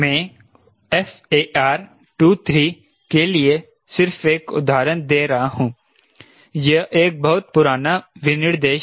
मैं FAR23 के लिए सिर्फ एक उदाहरण दे रहा हूं यह एक बहुत पुराना विनिर्देश है